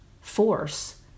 force